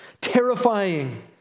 terrifying